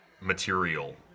material